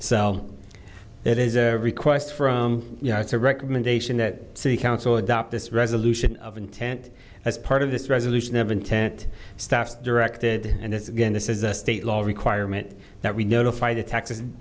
it is a request from you know it's a recommendation that city council adopt this resolution of intent as part of this resolution of intent staff directed and it's again this is a state law requirement that we notify the tax